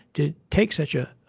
to take such a,